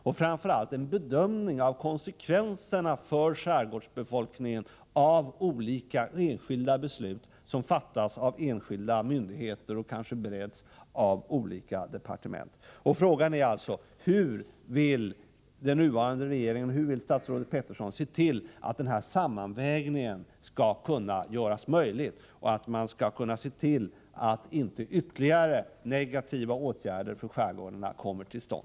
Men framför allt behövs det en bedömning av konsekvenserna för skärgårdsbefolkningen av olika beslut som fattas av enskilda myndigheter och som kanske bereds av olika departement. Frågan är "alltså: Hur avser statsrådet Peterson och den nuvarande regeringen att göra en sådan här sammanvägning möjlig och på vilket sätt skall man se till att inte ytterligare negativa åtgärder för skärgården kommer att vidtas?